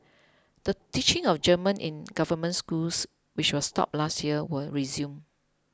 the teaching of German in government schools which was stopped last year will resume